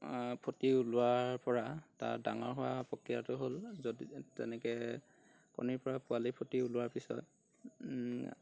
ফুটি ওলোৱাৰ পৰা তাৰ ডাঙৰ হোৱা প্ৰক্ৰিয়াটো হ'ল যদি তেনেকৈ কণীৰ পৰা পোৱালি ফুটি ওলোৱাৰ পিছত